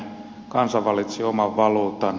kansa valitsi oman valuutan